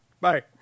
Bye